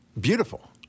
Beautiful